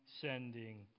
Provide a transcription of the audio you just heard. sending